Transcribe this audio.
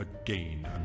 again